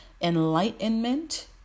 enlightenment